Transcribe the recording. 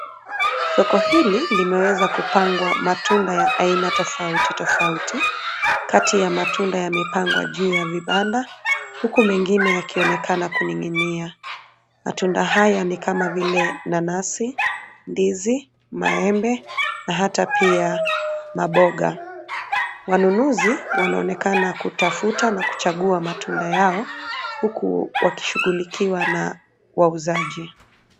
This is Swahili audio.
Soko hili limeweza kupangwa matunda ya aina tofauti tofauti. Kati ya matunda yamepangwa juu ya vibanda, huku mengine yakionekana kuning'inia. Matunda hayo ni kama vile: nanasi, ndizi, maembe na hata pia maboga. Wanunuzi wanaonekana kutafuta na kuchagua matunda yao, huku wakishughulikiwa na wauzaji.